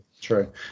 true